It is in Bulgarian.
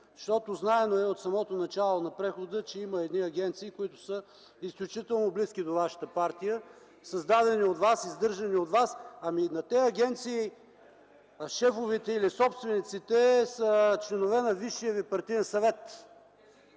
Защото знаем от самото начало на прехода, че има едни агенции, които са изключително близки до вашата партия, създадени от вас, издържани от вас. Шефовете или собствениците на тези агенции са членове на Висшия ви партиен съвет.